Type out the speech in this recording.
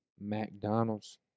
McDonald's